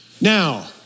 Now